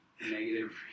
Negative